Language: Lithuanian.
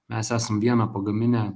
mes esam vieną pagaminę